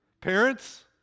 parents